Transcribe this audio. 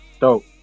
Dope